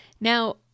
Now